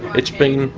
it's been,